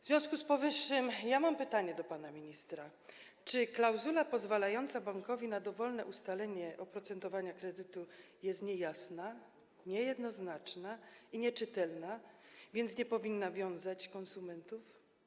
W związku z powyższym mam pytanie do pana ministra: Czy klauzula pozwalająca bankowi na dowolne ustalenie oprocentowania kredytu jest niejasna, niejednoznaczna i nieczytelna, więc nie powinna wiązać konsumentów?